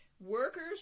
Workers